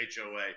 HOA